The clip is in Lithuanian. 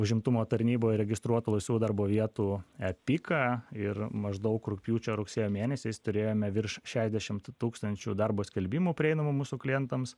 užimtumo tarnyboje registruotų laisvų darbo vietų e piką ir maždaug rugpjūčio rugsėjo mėnesiais turėjome virš šešiasdešimt tūkstančių darbo skelbimų prieinamų mūsų klientams